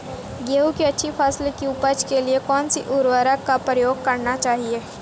गेहूँ की अच्छी फसल की उपज के लिए कौनसी उर्वरक का प्रयोग करना चाहिए?